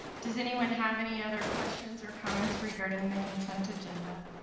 does anyone have any other questions or comments regarding the consent agenda